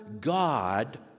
God